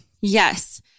Yes